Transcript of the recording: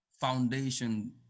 Foundation